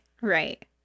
Right